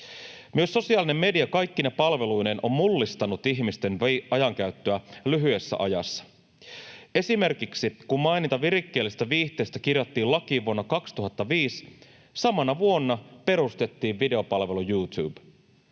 Myös sosiaalinen media kaikkine palveluineen on mullistanut ihmisten ajankäyttöä lyhyessä ajassa. Esimerkiksi kun mainita virikkeellisestä viihteestä kirjattiin lakiin vuonna 2005, samana vuonna perustettiin videopalvelu YouTube.